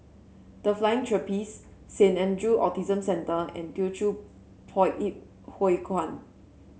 The Flying Trapeze Saint Andrew Autism Centre and Teochew Poit Ip Huay Kuan